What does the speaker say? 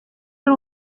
ari